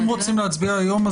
אם רוצים להצביע היום,